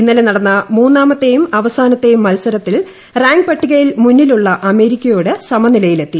ഇന്നലെ നടന്ന മൂന്നാമത്തെയും അവസാനത്തെയും മത്സരത്തിൽ റാങ്ക് പട്ടികയിൽ മുന്നിലുള്ള അമേരിക്കയോട് സമനിലയിലെത്തി